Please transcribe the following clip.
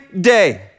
day